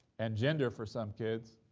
and gender for some kids,